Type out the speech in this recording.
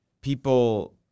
people